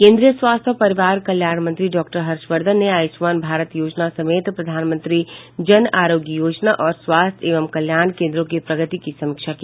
केन्द्रीय स्वास्थ्य और परिवार कल्याण मंत्री डॉक्टर हर्षवर्धन ने आयुष्मान भारत योजना समेत प्रधानमंत्री जन आरोग्य योजना और स्वास्थ्य एवं कल्याण केन्द्रों की प्रगति की समीक्षा की